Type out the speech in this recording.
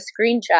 screenshot